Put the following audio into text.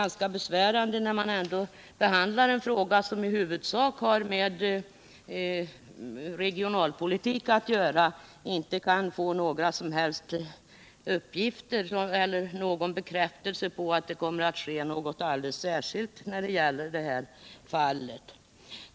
När man behandlar en fråga som i huvudsak har med regionalpolitik att göra är det ganska besvärande att inte kunna få någon bekräftelse på att det kommer att ske något alldeles särskilt i det här fallet.